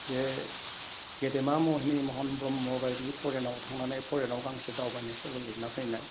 जे गेदेमा महिनि महन ब्रह्म बायदि फरेनाव थांनानै फरेनाव गांसे दावबायनाय सल' लिरना फैनाय